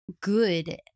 good